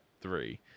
three